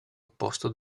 opposto